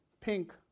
Pink